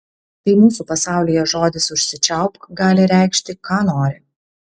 tai mūsų pasaulyje žodis užsičiaupk gali reikšti ką nori